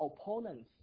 opponents